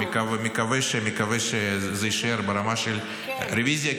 נקווה שזה יישאר ברמה של רוויזיה,